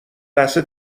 لحظه